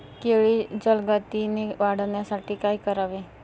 केळी जलदगतीने वाढण्यासाठी काय करावे?